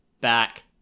back